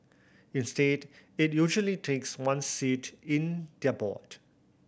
instead it usually takes one seat in their board